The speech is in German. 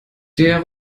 der